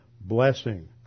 blessing